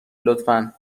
لطفا